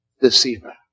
deceiver